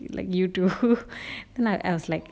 like you too then I was like